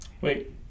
Wait